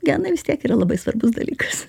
genai vis tiek yra labai svarbus dalykas